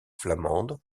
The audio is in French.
flamande